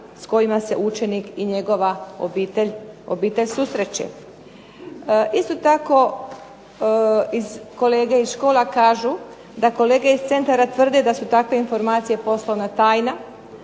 s kojima se učenik i njegova obitelj susreće. Isto tako, kolege iz škola kažu da kolege iz centara tvrde da su takve informacije poslovna tajna.